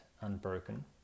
unbroken